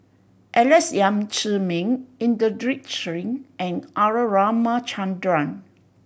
Alex Yam Ziming Inderjit Singh and R Ramachandran